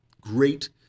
great